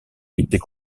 était